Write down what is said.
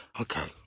okay